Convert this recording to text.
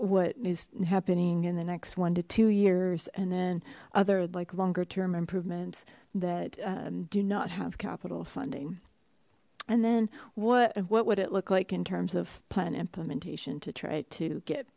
what is happening in the next one to two years and then other like longer term improvements that do not have capital funding and then what what would it look like in terms of plan implementation to try to get